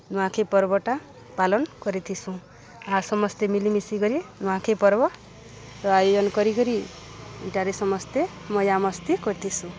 ନୂଆଖାଇ ପର୍ବଟା ପାଳନ୍ କରିଥିସୁଁ ଆଉ ସମସ୍ତେ ମିଲିମିଶି କରି ନୂଆଖାଇ ପର୍ବର ଆୟୋଜନ କରି କରି ଇଟାରେ ସମସ୍ତେ ମଜା ମସ୍ତି କରିଥିସୁଁ